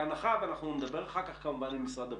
בהנחה - ואנחנו נדבר אחר כך כמובן עם משרד הבריאות,